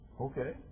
Okay